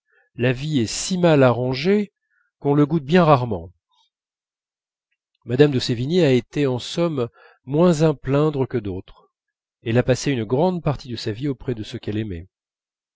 la vie est si mal arrangée qu'on le goûte bien rarement mme de sévigné a été en somme moins à plaindre que d'autres elle a passé une grande partie de sa vie auprès de celle qu'elle aimait